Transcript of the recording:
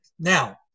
now